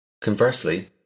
Conversely